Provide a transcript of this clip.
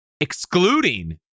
excluding